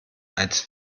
als